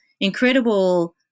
incredible